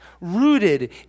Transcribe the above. Rooted